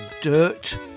Dirt